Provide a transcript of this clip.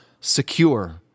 secure